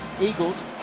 Eagles